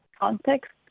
context